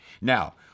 Now